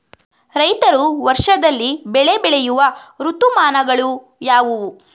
ರೈತರು ವರ್ಷದಲ್ಲಿ ಬೆಳೆ ಬೆಳೆಯುವ ಋತುಮಾನಗಳು ಯಾವುವು?